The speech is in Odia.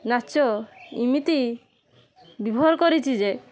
ନାଚ ଇମିତି ବିଭୋର କରିଛି ଯେ